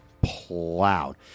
plowed